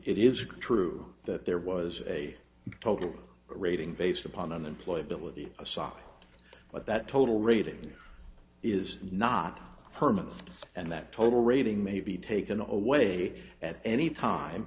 it is true that there was a total rating based upon an employee ability a sock but that total rating is not permanent and that total rating may be taken away at any time